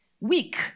weak